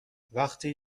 وقتی